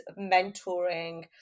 mentoring